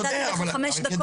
לא אתה כבר חורג בחמש דקות.